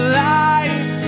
life